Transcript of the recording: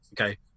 okay